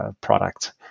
product